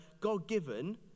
God-given